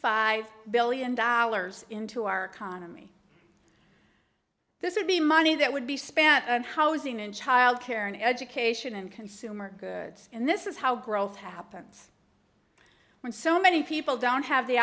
five billion dollars into our economy this would be money that would be spent and housing and child care and education and consumer goods and this is how growth happens when so many people don't have the